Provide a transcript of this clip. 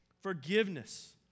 Forgiveness